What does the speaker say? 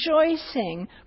rejoicing